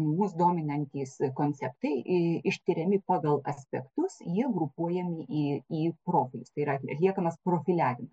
mus dominantys konceptai ištiriami pagal aspektus jie grupuojami į į profilius tai yra atliekamas profiliavim